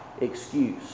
excuse